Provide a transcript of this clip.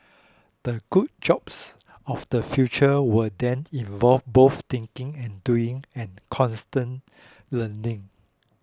the good jobs of the future will then involve both thinking and doing and constant learning